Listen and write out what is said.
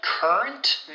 Current